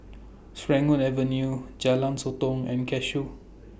Serangoon Avenue Jalan Sotong and Cashew